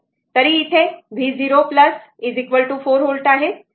तरी इथे हे v0 4 व्होल्ट आहे